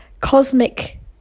cosmic